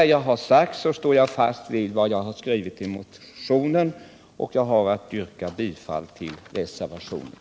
Jag står fast vid vad jag skrivit i motionen och yrkar bifall till reservationen.